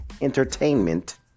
entertainment